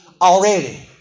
already